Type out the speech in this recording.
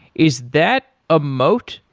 is that a moat?